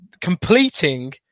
completing